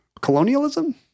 Colonialism